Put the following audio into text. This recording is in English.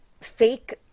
fake